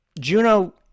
Juno